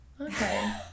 Okay